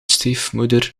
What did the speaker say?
stiefmoeder